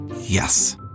Yes